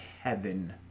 heaven